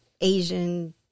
Asian